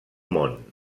món